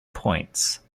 points